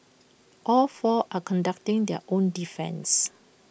all four are conducting their own defence